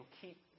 keep